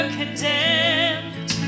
condemned